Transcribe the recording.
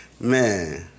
Man